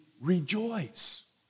rejoice